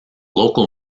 local